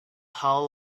hull